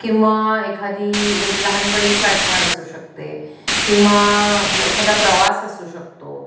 किंवा एखादी लहानपणीची आठवण असू शकते किंवा एखादा प्रवास असू शकतो